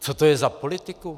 Co to je za politiku?